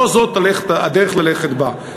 לא זאת הדרך ללכת בה.